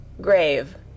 Grave